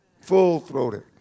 full-throated